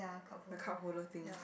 the cardholder thing